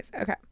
okay